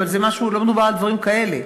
אבל לא מדובר על דברים כאלה.